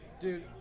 dude